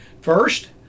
First